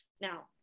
Now